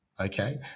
okay